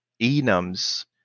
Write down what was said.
enums